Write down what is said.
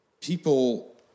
people